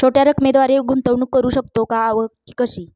छोट्या रकमेद्वारे गुंतवणूक करू शकतो का व कशी?